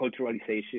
culturalization